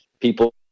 People